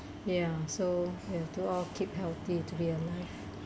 ya so you have to all keep healthy to be alive